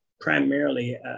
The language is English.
primarily